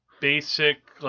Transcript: basic